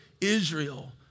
Israel